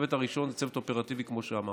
הצוות הראשון הוא צוות אופרטיבי, כמו שאמרתי,